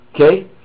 Okay